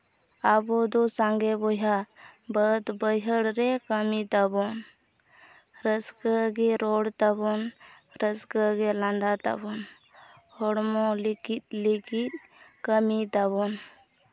ᱟᱵᱚᱫᱚ ᱥᱟᱸᱜᱮ ᱵᱚᱭᱦᱟ ᱵᱟᱹᱫᱽ ᱵᱟᱹᱭᱜᱟᱹᱲ ᱨᱮ ᱠᱟᱹᱢᱤ ᱛᱟᱵᱚᱱ ᱨᱟᱹᱥᱠᱟᱹ ᱜᱮ ᱨᱚᱲ ᱛᱟᱵᱚᱱ ᱨᱟᱹᱥᱠᱟᱹᱜᱮ ᱞᱟᱸᱫᱟ ᱛᱟᱵᱚᱱ ᱦᱚᱲᱢᱚ ᱞᱤᱸᱠᱤᱫ ᱞᱤᱸᱠᱤᱫ ᱠᱟᱹᱢᱤ ᱛᱟᱵᱚᱱ